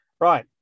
Right